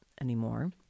anymore